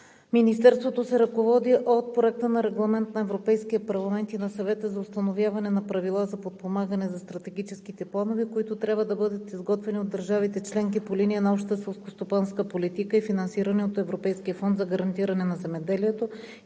Министерството се ръководи от Проекта на регламент на Европейския парламент и на Съвета за установяване на правила за подпомагане на стратегическите планове, които трябва да бъдат изготвени от държавите членки по линия на общата селскостопанска политика и финансиране от Европейския фонд за гарантиране на земеделието